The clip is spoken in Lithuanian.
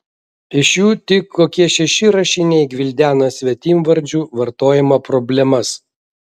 iš jų tik kokie šeši rašiniai gvildena svetimvardžių vartojimo problemas